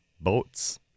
boats